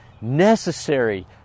necessary